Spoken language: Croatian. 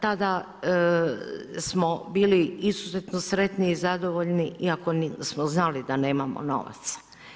Tada smo bili izuzetno sretni i zadovoljni iako smo znali da nemamo novaca.